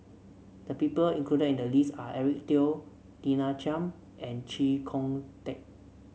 the people included in the list are Eric Teo Lina Chiam and Chee Kong Tet